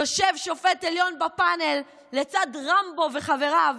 יושב שופט עליון בפאנל לצד רמבו וחבריו,